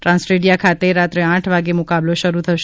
ટ્રાન્સટેડિયા ખાતે રાત્રે આઠ વાગે મુકાબલો શરૂ થશે